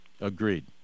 Agreed